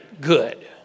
good